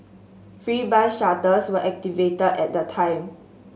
free bus shuttles were activated at the time